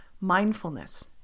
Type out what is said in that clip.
mindfulness